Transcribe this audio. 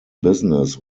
business